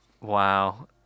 Wow